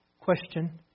question